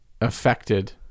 affected